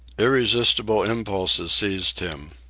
irresistible impulses seized him.